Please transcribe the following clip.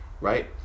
right